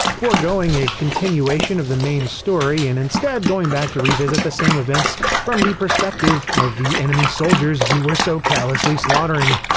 forgoing a continuation of the main story and instead going back to revisit the same events from the perspective of the enemy soldiers you were so callously slaughtering.